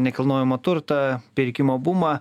nekilnojamą turtą pirkimo bumą